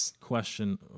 question